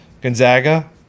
Gonzaga